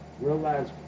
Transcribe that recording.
realize